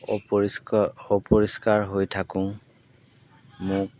অপৰিষ্কাৰ অপৰিষ্কাৰ হৈ থাকোঁ মোক